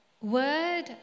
word